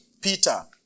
Peter